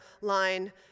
line